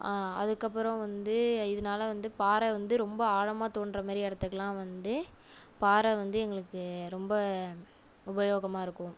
அதுக்கு அப்புறம் வந்து இதனால வந்து பாரை வந்து ரொம்ப ஆழமாக தோண்டுற மாதிரி இடத்துக்குலாம் வந்து பாரை வந்து எங்களுக்கு ரொம்ப உபயோகமாக இருக்கும்